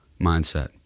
mindset